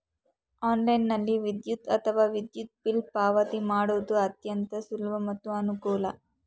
ಆನ್ಲೈನ್ನಲ್ಲಿ ವಿದ್ಯುತ್ ಅಥವಾ ವಿದ್ಯುತ್ ಬಿಲ್ ಪಾವತಿ ಮಾಡುವುದು ಅತ್ಯಂತ ಸುಲಭ ಮತ್ತು ಅನುಕೂಲ